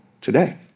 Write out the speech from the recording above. today